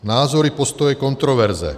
Názory, postoje, kontroverze.